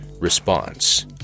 response